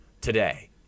today